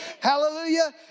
Hallelujah